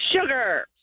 Sugar